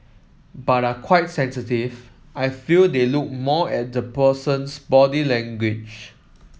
but are quite sensitive I feel they look more at the person's body language